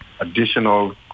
additional